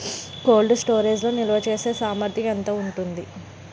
Cold storage లో నిల్వచేసేసామర్థ్యం ఎంత ఉంటుంది?